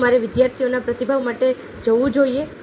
શું મારે વિદ્યાર્થીઓના પ્રતિભાવ માટે જવું જોઈએ